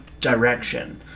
direction